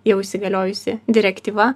jau įsigaliojusi direktyva